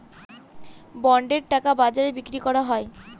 বন্ডের টাকা বাজারে বিক্রি করা হয়